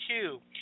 two